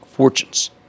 fortunes